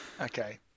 okay